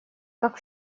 как